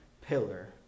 pillar